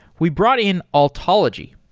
we brought in altology.